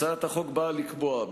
הצעת החוק נועדה לקבוע,